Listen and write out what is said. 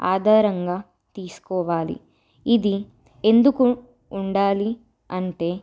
ఆధారంగా తీసుకోవాలి ఇది ఎందుకు ఉండాలి అంటే